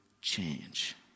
change